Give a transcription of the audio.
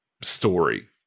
story